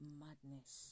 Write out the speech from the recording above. madness